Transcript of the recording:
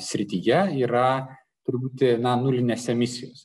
srityje yra truputį nulinės emisijos